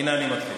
הינה, אני מתחיל.